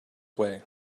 way